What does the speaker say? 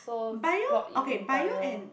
bio ok bio and